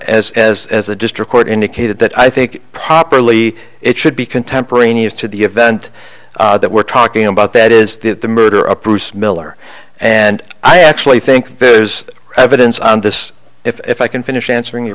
as as as a district court indicated that i think properly it should be contemporaneous to the event that we're talking about that is that the murder approves miller and i actually think there's evidence on this if i can finish answering